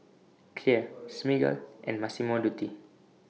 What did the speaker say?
Clear Smiggle and Massimo Dutti